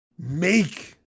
make